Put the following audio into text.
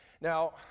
Now